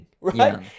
right